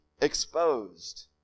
exposed